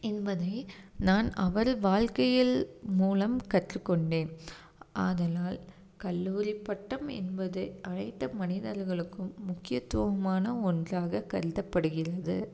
என்பதை நான் அவர் வாழ்க்கையில் மூலம் கற்றுக்கொண்டேன் ஆதலால் கல்லூரி பட்டம் என்பது அனைத்து மனிதர்களுக்கும் முக்கியத்துவமான ஒன்றாக கருதப்படுகிறது